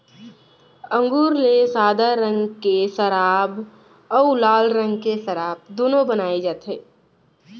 अंगुर ले सादा रंग के सराब अउ लाल रंग के सराब दुनो बनाए जाथे